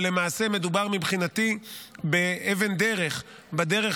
אבל למעשה מדובר מבחינתי באבן דרך בדרך